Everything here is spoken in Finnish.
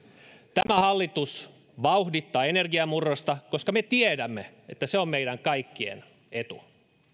tämä hallitus vauhdittaa energiamurrosta koska me tiedämme että se on meidän kaikkien etu